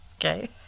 Okay